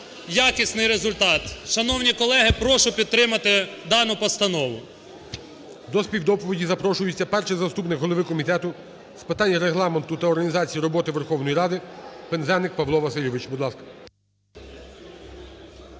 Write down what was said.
якісний результат. Шановні колеги, прошу підтримати дану постанову. ГОЛОВУЮЧИЙ. До співдоповіді запрошується перший заступник голови комітету з питань Регламенту та організації роботи Верховної Ради Пинзеник Павло Васильович, будь ласка.